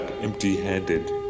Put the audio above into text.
empty-handed